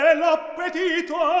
l'appetito